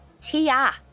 tia